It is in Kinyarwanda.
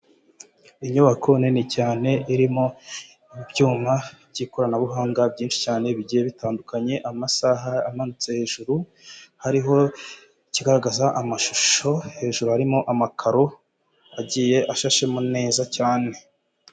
Inyubako nini cyane irimo ibyuma by'ikoranabuhanga byinshi cyane bigiye bitandukanye amasaha amanitse hejuru, hariho ikigaragaza amashusho, hejuru harimo amakaro agiye ashashemo neza cyane.